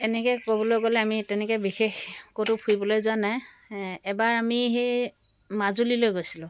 এনেকে ক'বলৈ গ'লে আমি তেনেকে ক'তো বিশেষ ফুৰিবলৈ যোৱা নাই এবাৰ আমি সেই মাজুলীলৈ গৈছিলোঁ